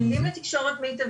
לתת להם כלים לתקשורת מיטבית,